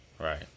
Right